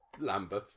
Lambeth